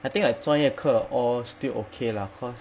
I think I 专业课 all still okay lah cause